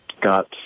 got